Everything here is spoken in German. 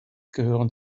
gehören